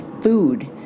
food